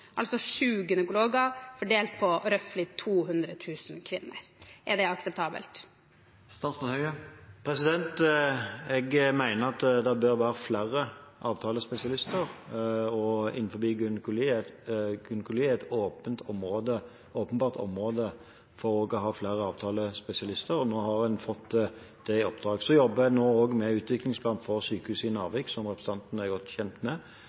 altså sju gynekologer fordelt på, roughly, 200 000 kvinner. Er det akseptabelt? Jeg mener at det bør være flere avtalespesialister, og gynekologi er et åpenbart område å ha flere avtalespesialister på. Nå har en fått det i oppdrag. Så jobber en også med en utviklingsplan for sykehuset i Narvik, som representanten er godt kjent med.